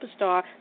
Superstar